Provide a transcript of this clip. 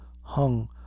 hung